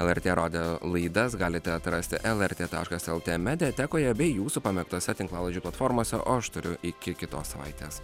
lrt radijo laidas galite atrasti lrt taškas lt mediatekoje bei jūsų pamėgtuose tinklalaidžių platformose o aš turiu iki kitos savaitės